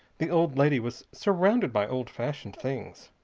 the old lady was surrounded by old fashioned things.